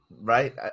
right